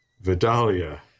Vidalia